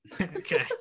Okay